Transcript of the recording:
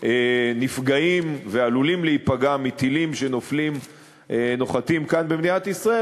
נפגעים ועלולים להיפגע מטילים שנופלים ונוחתים כאן במדינת ישראל,